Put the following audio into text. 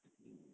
I think